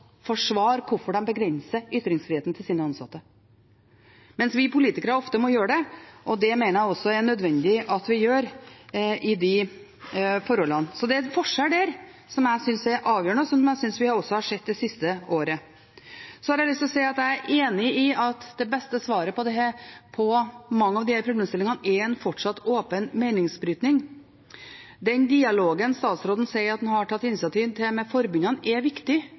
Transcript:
forsvare hvorfor de begrenser ytringsfriheten for sine ansatte, mens vi politikere ofte må gjøre det, og det mener jeg også er nødvendig at vi gjør i de forholdene. Så det er en forskjell der som jeg synes er avgjørende, og som jeg også synes vi har sett det siste året. Så har jeg lyst til å si at jeg er enig i at det beste svaret på mange av disse problemstillingene er en fortsatt åpen meningsbrytning. Den dialogen statsråden sier at han har tatt initiativ til med forbundene, er viktig.